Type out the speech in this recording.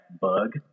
bug